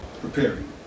preparing